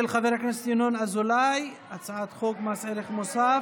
של חבר הכנסת ינון אזולאי, הצעת חוק מס ערך מוסף.